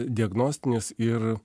diagnostinis ir